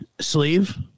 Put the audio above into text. sleeve